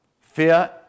fear